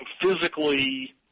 physically